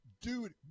Dude